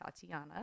Tatiana